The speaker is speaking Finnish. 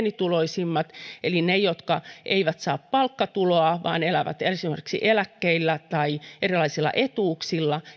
pienituloisimpien eli heidän jotka eivät saa palkkatuloa vaan elävät esimerkiksi eläkkeillä tai erilaisilla etuuksilla